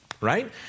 Right